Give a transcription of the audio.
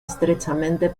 estrechamente